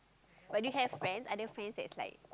but do you have friend other friend that is like